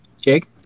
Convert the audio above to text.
Jake